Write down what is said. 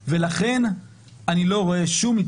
דבריו של חבר הכנסת כלפון,